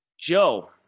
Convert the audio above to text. Joe